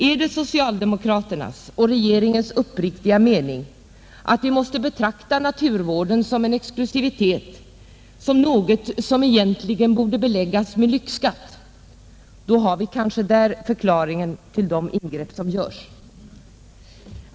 Är det socialdemokraternas och regeringens uppriktiga mening att vi måste betrakta naturvården som en exklusivitet, som egentligen borde beläggas med lyxskatt, då har vi kanske där en förklaring till de ingrepp som görs.